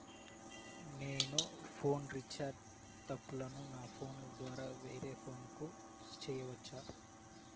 నేను phone recharge తప్పులను నా ఫోను ద్వారా వేరే ఫోను కు సేయొచ్చా?